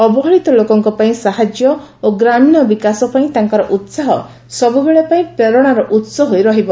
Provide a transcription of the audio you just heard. ଅବହେଳିତ ଲୋକଙ୍କ ପାଇଁ ସାହାଯ୍ୟ ଓ ଗ୍ରାମୀଣ ବିକାଶ ପାଇଁ ତାଙ୍କର ଉତ୍ସାହ ସବୁବେଳ ପାଇଁ ପ୍ରେରଣାର ଉତ୍ସ ହୋଇ ରହିବ